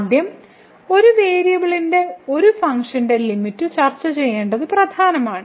ആദ്യം ഒരു വേരിയബിളിന്റെ ഒരു ഫംഗ്ഷന്റെ ലിമിറ്റ് ചർച്ച ചെയ്യേണ്ടത് പ്രധാനമാണ്